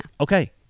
Okay